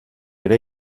ere